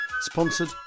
sponsored